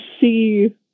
see